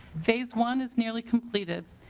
phase one is nearly completed.